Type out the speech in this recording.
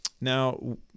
now